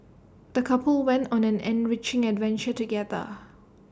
the couple went on an enriching adventure together